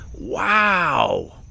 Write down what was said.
Wow